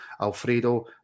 Alfredo